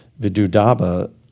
Vidudaba